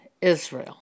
Israel